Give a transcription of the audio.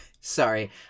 Sorry